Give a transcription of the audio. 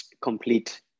complete